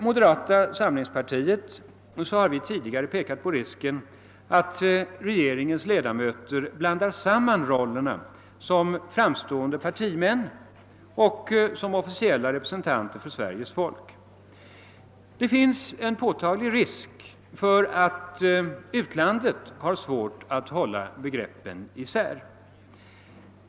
Moderata samlingspartiet har redan tidigare framhållit risken att regeringens ledamöter sammanblandar rollen som framstående partimän med rollen som officiella representanter för Sveriges folk. Det finns en påtaglig risk att utlandet har svårt att hålla isär begreppen.